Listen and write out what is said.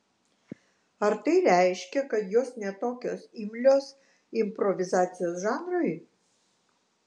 ar tai reiškia kad jos ne tokios imlios improvizacijos žanrui